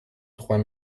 trois